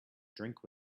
drink